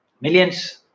Millions